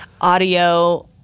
audio